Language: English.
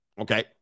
okay